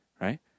right